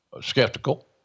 skeptical